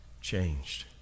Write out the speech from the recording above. changed